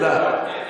תודה.